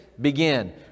Begin